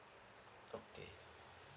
okay